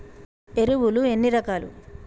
ఎరువులు ఎన్ని రకాలు?